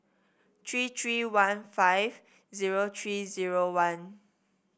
three three one five zero three zero one